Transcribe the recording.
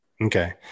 okay